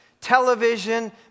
television